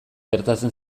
gertatzen